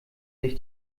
sich